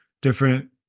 different